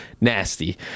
nasty